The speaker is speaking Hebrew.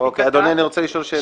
אוקיי, אדוני, אני רוצה לשאול שאלה.